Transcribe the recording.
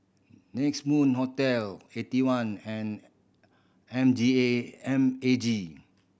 Next Moon Hotel Eighty One and M G A M A G